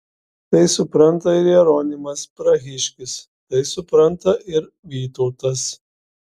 tai supranta ir jeronimas prahiškis tai supranta ir vytautas